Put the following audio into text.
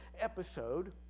episode